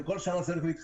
כל שנה זה צריך להתחדש.